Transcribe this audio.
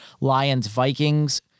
Lions-Vikings